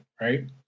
Right